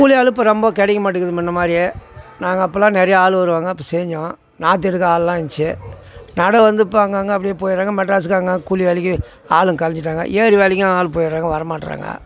கூலி ஆள் இப்போ ரொம்ப கிடைக்க மாட்டேகிது முன்ன மாதிரி நாங்கள் அப்போலாம் நிறையா ஆள் வருவாங்க அப்போ செஞ்சோம் நாற்று எடுக்க ஆள்லாம் இருந்திச்சு நடு வந்து இப்போ அங்கங்கே அப்படியே போயிடுறாங்க மெட்ராஸ்க்கு அங்கே கூலி வேலைக்கு ஆளுங்க கலைஞ்சிட்டாங்க ஏரி வேலைக்கும் ஆள் போயிடுறாங்க வரமாட்டுறாங்க